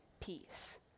peace